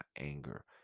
anger